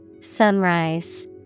Sunrise